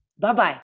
bye-bye